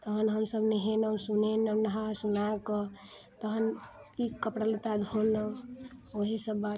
तहन हमसभ नहेनौ सुनेनौ नहा सुनाकऽ तहन ई कपड़ा लत्ता धोलौ ओहि सभ बात